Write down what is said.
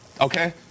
Okay